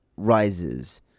rises